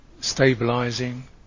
stabilizing